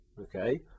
okay